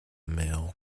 male